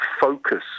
focus